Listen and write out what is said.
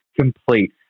complete